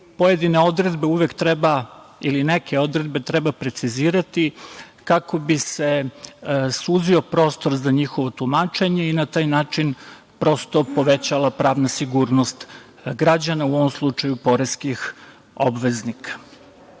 pojedine odredbe uvek treba ili neke odredbe treba precizirati kako bi se suzio prostor za njihovo tumačenje i na taj način prosto povećala pravna sigurnost građana, u ovom slučaju poreskih obveznika. Naravno,